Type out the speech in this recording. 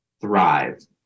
thrive